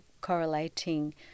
correlating